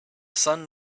sun